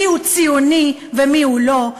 מיהו ציוני ומיהו לא,